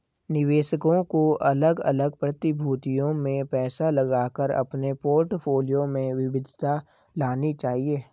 निवेशकों को अलग अलग प्रतिभूतियों में पैसा लगाकर अपने पोर्टफोलियो में विविधता लानी चाहिए